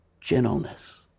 gentleness